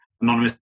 Anonymous